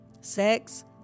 Sex